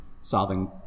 solving